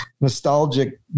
nostalgic